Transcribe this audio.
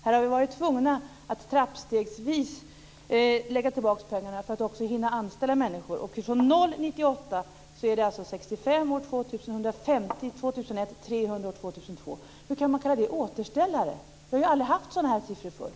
Här har vi varit tvungna att trappstegsvis lägga tillbaka pengarna för att också hinna anställa människor. Från noll kronor 1998 är det alltså 65 miljoner kronor år 2000, 150 miljoner år 2001 och 300 miljoner år 2002. Hur kan man kalla det återställare? Vi har ju aldrig haft sådana siffror förr.